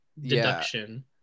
deduction